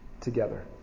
together